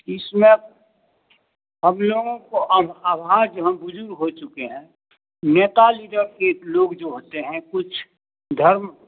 इसमें हम लोगों को अब आवाज हम बुजुर्ग हो चुके हैं नेता लीडर के लोग जो होते हैं कुछ धर्म